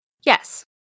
Yes